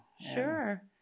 Sure